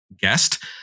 guest